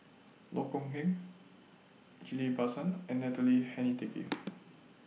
Loh Kok Heng Ghillie BaSan and Natalie Hennedige